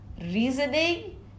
reasoning